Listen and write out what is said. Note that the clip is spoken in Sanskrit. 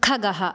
खगः